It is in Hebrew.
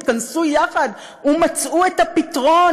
התכנסו יחד ומצאו את הפתרון,